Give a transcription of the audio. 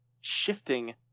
shifting